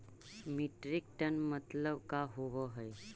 Metric ton मतलब का होव हइ?